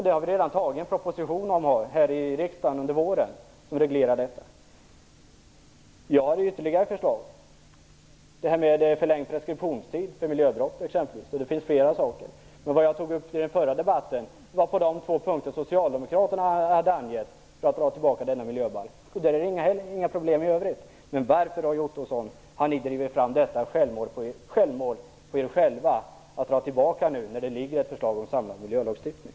Där har vi redan antagit en proposition här i riksdagen under våren. Vi hade ytterligare förslag, exempelvis förlängd preskriptionstid för miljöbrott, men det finns flera saker. Vad jag tog upp i den förra debatten var de två punkter som socialdemokraterna hade angett som skäl för att dra tillbaka förslaget till miljöbalk. Där är det inga problem i övrigt. Varför har ni gjort detta självmål, när det ligger ett förslag om en samlad miljölagstiftning?